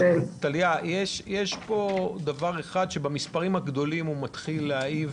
יש פה דבר אחד שבמספרים הגדולים הוא מתחיל להעיב